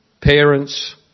parents